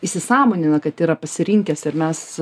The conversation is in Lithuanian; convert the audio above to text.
įsisąmonina kad yra pasirinkęs ir mes